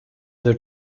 their